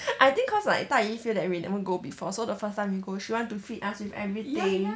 I think cause like 大姨 feel that we never go before so the first time we go she want to feed us with everything